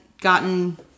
gotten